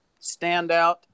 standout